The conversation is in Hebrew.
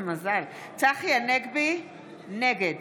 נגד